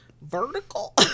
vertical